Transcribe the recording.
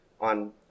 on